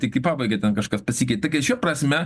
tik į pabaigą ten kažkas pasikeitė tai kad šia prasme